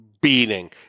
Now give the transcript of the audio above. beating